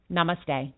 Namaste